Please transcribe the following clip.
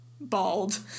Bald